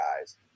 guys